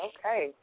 Okay